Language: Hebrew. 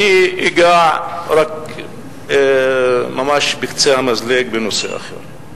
אגע רק ממש בקצה המזלג בנושא אחר.